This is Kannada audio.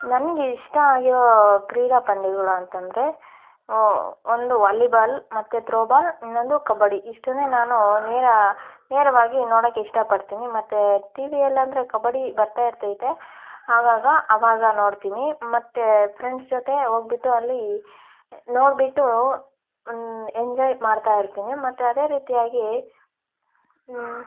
ನನ್ಗೆ ಇಷ್ಟ ಆಗಿರೋ ಕ್ರೀಡಾ ಪಂದ್ಯಗಳು ಅಂತಂದರೆ ಒಂದು ವಾಲಿಬಾಲ್ ಮತ್ತು ತ್ರೋಬಾಲ್ ಇನ್ನೊಂದು ಕಬಡ್ಡಿ ಇಷ್ಟನ್ನೇ ನಾನು ನೇರಾ ನೇರವಾಗಿ ನೋಡಕ್ಕೆ ಇಷ್ಟಪಡ್ತೀನಿ ಮತ್ತು ಟಿವಿಯಲ್ಲಿ ಅಂದರೆ ಕಬಡ್ಡಿ ಬರ್ತಾ ಇರ್ತೈತೆ ಆಗಾಗ ಅವಾಗ ನೋಡ್ತೀನಿ ಮತ್ತು ಫ್ರೆಂಡ್ಸ್ ಜೊತೆ ಹೋಗ್ಬಿಟ್ಟು ಅಲ್ಲಿ ನೋಡಿಬಿಟ್ಟು ಎಂಜಾಯ್ ಮಾಡ್ತಾ ಇರ್ತೀನಿ ಮತ್ತು ಅದೇ ರೀತಿಯಾಗಿ